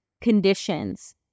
conditions